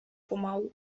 pomału